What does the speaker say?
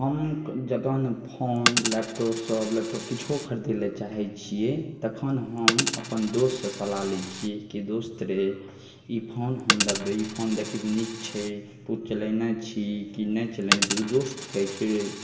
हम जखन फोन लैपटॉपसब लैपटॉप किछु खरिदैलए चाहै छिए तखन हम अपन दोस्तसँ सलाह लै छिए कि दोस्त रे ई फोन हम लेबै ई फोन देखही तऽ नीक छै तू चलेने छी कि नहि चलेने छी ओ दोस्त कहै छै रे